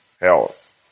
health